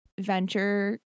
venture